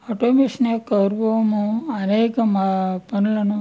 auto machine యొక్క రొమ్ అనేక పనులను